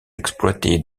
exploitées